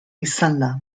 izanda